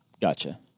Gotcha